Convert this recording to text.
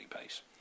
pace